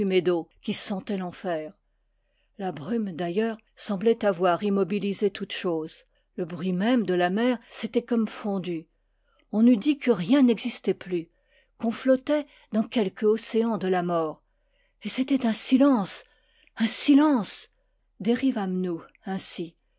qui sentait l'enfer la brume d'ail leurs semblait avoir immobilisé toutes choses le bruit même de la mer s'était comme fondu on eût dit que rien n'existait plus qu'on flottait dans quelque océan de la mort et c'était un silence un silence combien de temps dérivâmes nous ainsi